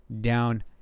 down